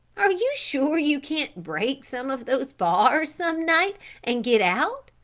are you sure you can't break some of those bars some night and get out?